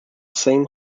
same